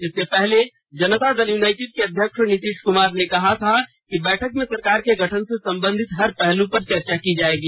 इससे पहले जनता दल यूनाइटेड के अध्यक्ष नीतीश कुमार ने कहा था कि बैठक में सरकार के गठन से संबंधित हर पहलू पर चर्चा की जाएगी